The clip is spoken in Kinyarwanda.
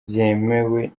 byemewe